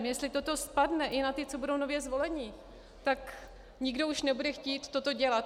Jestli toto spadne i na ty, co budou nově zvoleni, tak nikdo už nebude chtít toto dělat.